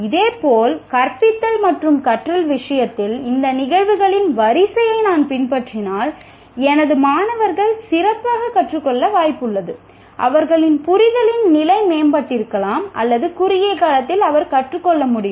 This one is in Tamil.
இதேபோல் கற்பித்தல் மற்றும் கற்றல் விஷயத்தில் இந்த நிகழ்வுகளின் வரிசையை நான் பின்பற்றினால் எனது மாணவர்கள் சிறப்பாகக் கற்றுக் கொள்ள வாய்ப்புள்ளது அவர்களின் புரிதலின் நிலை மேம்பட்டிருக்கலாம் அல்லது குறுகிய காலத்தில் அவர்கள் கற்றுக்கொள்ள முடியும்